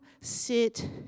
sit